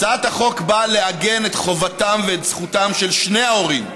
הצעת החוק באה לעגן את חובתם ואת זכותם של שני ההורים,